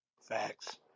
facts